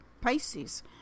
pisces